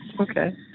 Okay